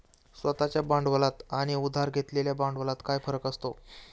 स्वतः च्या भांडवलात आणि उधार घेतलेल्या भांडवलात काय फरक असतो?